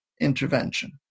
intervention